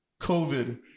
COVID